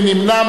מי נמנע?